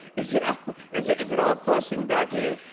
is it ah is is it all flushing back to you?